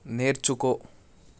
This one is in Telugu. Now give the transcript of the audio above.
నేర్చుకో